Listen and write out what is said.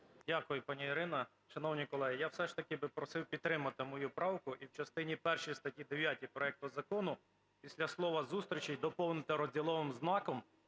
Дякую, пані Ірино. Шановні колеги, я все ж таки би просив підтримати мою правку, і в частині першій статті 9 проекту закону після слова "зустрічей" доповнити розділовим знаком